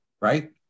right